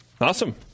Awesome